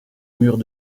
murs